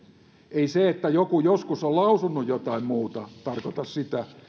ei se että joku on joskus lausunut jotain muuta tarkoita sitä